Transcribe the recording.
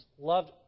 loved